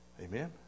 Amen